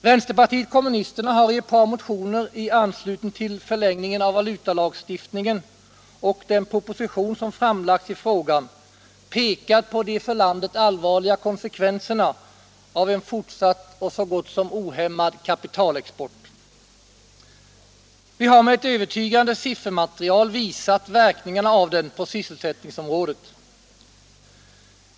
Vänsterpartiet kommunisterna har i ett par motioner i anslutning till förlängningen av valutalagstiftningen och den proposition som framlagts i frågan pekat på de för landet allvarliga konsekvenserna av en fortsatt och så gott som ohämmad kapitalexport. Vi har med ett övertygande siffermatierial visat verkningarna av den på sysselsättningsområdet.